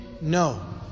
No